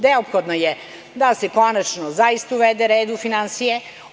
Neophodno je da se konačno zaista uvede red u finansije.